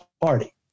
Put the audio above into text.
party